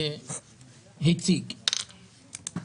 חבר הכנסת ניר אורבך.